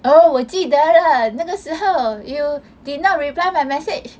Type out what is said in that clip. oh 我记得了那个时候 you did not reply my message